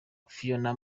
phionah